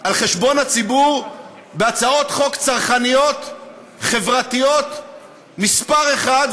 על חשבון הציבור בהצעות חוק צרכניות חברתיות מספר אחת,